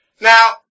Now